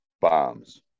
bombs